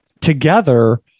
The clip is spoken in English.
together